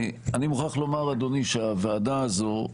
אני מוכרח לומר, אדוני, שהוועדה הזו,